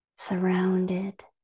Surrounded